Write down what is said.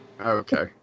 Okay